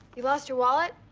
you lost your wallet?